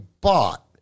bought